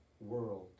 world